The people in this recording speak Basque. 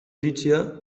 iritzia